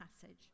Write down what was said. passage